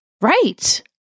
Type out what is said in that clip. right